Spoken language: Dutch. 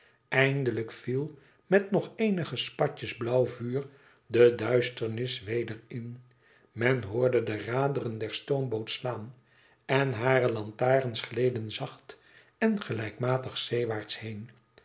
eindelijk viel met nog eenige spatjes blauw vuur de duisternis weder in men hoorde de raderen der stoombootslaan en hare lantarens gleden zacht en gelijkmatig zeewaarts heen